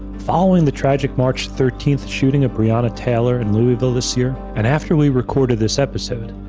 following the tragic march thirteen shooting of breonna taylor, in louisville this year and after we recorded this episode,